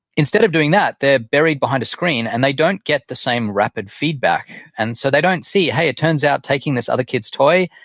instead of doing that, they're buried behind a screen and they don't get the same rapid feedback, and so they don't see, hey, it turns out taking this other kid's toy,